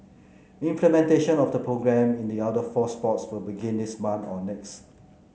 implementation of the programme in the other four sports will begin this month or next